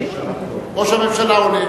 ראש הממשלה עולה.